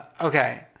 Okay